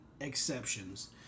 exceptions